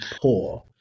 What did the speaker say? poor